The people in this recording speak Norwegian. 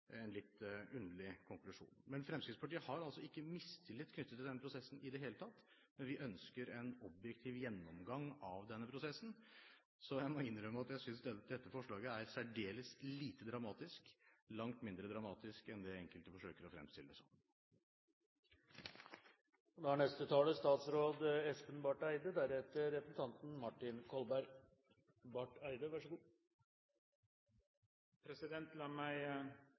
litt underlig konklusjon. Fremskrittspartiet har altså ikke mistillit knyttet til denne prosessen i det hele tatt, men vi ønsker en objektiv gjennomgang av denne prosessen. Så jeg må innrømme at jeg synes dette forslaget er særdeles lite dramatisk, langt mindre dramatisk enn det enkelte forsøker å fremstille det som. La meg